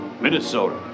Minnesota